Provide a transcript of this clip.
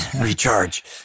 Recharge